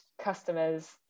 customers